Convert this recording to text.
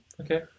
Okay